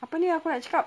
apa ni aku nak cakap